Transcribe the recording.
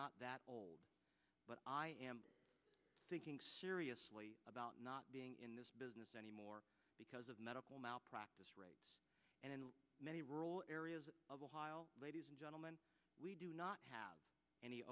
not that old but i am thinking seriously about not being in this business anymore because of medical malpractise rates and in many rural areas of a while ladies and gentlemen we do not have any